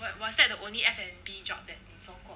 but what was that the only F&B job that 你做过